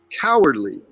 cowardly